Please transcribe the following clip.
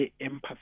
empathy